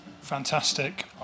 Fantastic